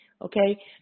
Okay